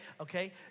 okay